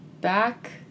back